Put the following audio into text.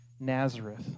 Nazareth